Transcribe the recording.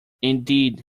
indeed